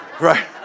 right